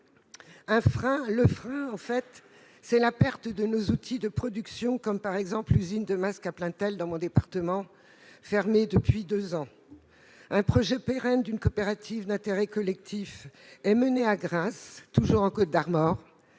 Le frein, c'est la perte de nos outils de production, comme l'usine de masques de Plaintel, dans mon département, fermée depuis deux ans. Un projet pérenne d'une coopérative d'intérêt collectif est mené à Grâces, toujours en Côtes-d'Armor,